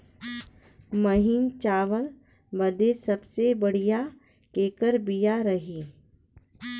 महीन चावल बदे सबसे बढ़िया केकर बिया रही?